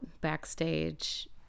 backstage